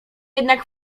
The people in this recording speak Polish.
jednak